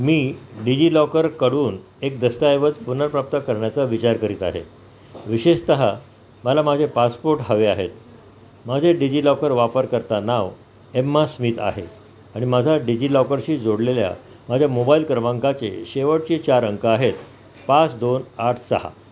मी डिजि लॉकरकडून एक दस्तऐवज पुनर्प्राप्त करण्याचा विचार करीत आहे विशेषतः मला माझे पासपोट हवे आहेत माझे डिजि लॉकर वापरकर्ता नाव एम्मा स्मित आहे आणि माझा डिजि जोडलेल्या माझ्या मोबाईल क्रमांकाचे शेवटचे चार अंक आहेत पाच दोन आठ सहा